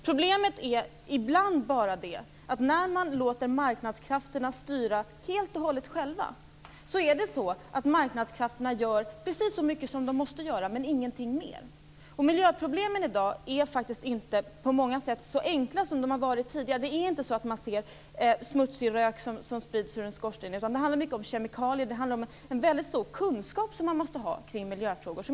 Problemet är ibland att när man låter marknadskrafterna styra helt och hållet gör de precis så mycket som de måste göra men ingenting mer. På många sätt är inte miljöproblemen så enkla som de varit tidigare. Man ser inte smutsig rök spridas ur en skorsten, utan det handlar mycket om kemikalier och om att man måste ha mycket stor kunskap om miljöfrågor.